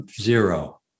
zero